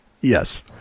Yes